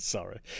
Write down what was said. Sorry